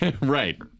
right